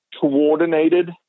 coordinated